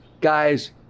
guys